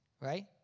right